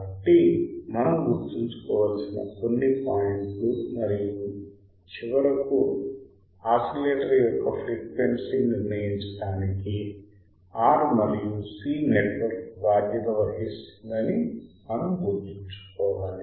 కాబట్టి మనం గుర్తుంచుకోవలసిన కొన్ని పాయింట్లు మరియు చివరకు ఆసిలేటర్ యొక్క ఫ్రీక్వెన్సీని నిర్ణయించడానికి R మరియు C నెట్వర్క్ బాధ్యత వహిస్తుందని మనం గుర్తుంచుకోవాలి